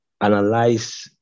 analyze